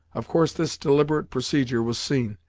of course this deliberate procedure was seen,